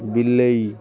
ବିଲେଇ